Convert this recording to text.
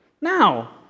Now